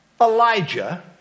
Elijah